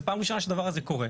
זו פעם ראשונה שהדבר הזה קורה.